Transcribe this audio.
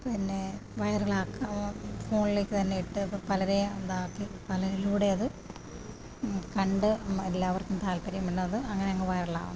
പിന്നെ വൈറലാക്കും ഫോണിലേക്ക് തന്നെ ഇട്ട് പലരേയും ഇതാക്കി പലരിലൂടെയും അത് കണ്ട് എല്ലാവർക്കും താല്പര്യമുള്ള അത് അങ്ങനെ അങ്ങ് വൈറലാകും